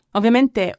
Ovviamente